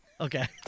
Okay